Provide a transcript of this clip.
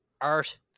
Art